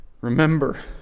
remember